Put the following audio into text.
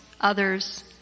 others